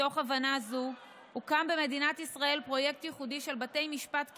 מתוך הבנה זו הוקם במדינת ישראל פרויקט ייחודי של בתי משפט קהילתיים.